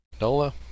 Nola